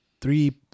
three